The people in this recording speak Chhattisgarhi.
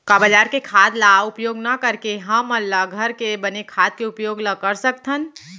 का बजार के खाद ला उपयोग न करके हमन ल घर के बने खाद के उपयोग ल कर सकथन?